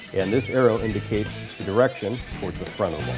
and this arrow indictates the direction towards the front of